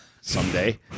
someday